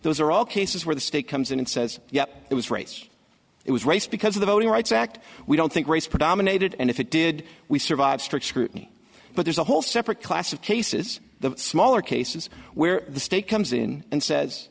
those are all cases where the state comes in and says yeah it was race it was race because of the voting rights act we don't think race predominated and if it did we survive strict scrutiny but there's a whole separate class of cases the smaller cases where the state comes in and says